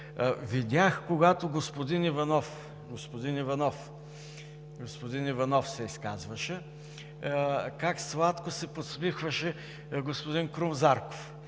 Видях, когато господин Иванов се изказваше, как сладко се подсмихваше господин Крум Зарков,